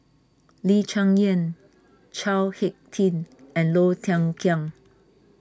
Lee Cheng Yan Chao Hick Tin and Low Thia Khiang